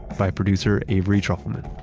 by producer avery trufelman.